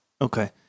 Okay